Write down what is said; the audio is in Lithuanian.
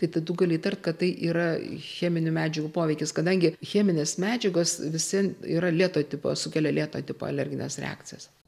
tai tatu gali įtart kad tai yra cheminių medžiagų poveikis kadangi cheminės medžiagos vis vien yra lėto tipo sukelia lėto tipo alergenes